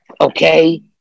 okay